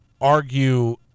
argue